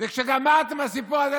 וכשגמרת עם הסיפור הזה,